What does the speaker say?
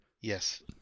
Yes